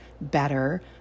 better